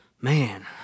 Man